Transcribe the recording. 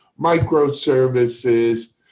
microservices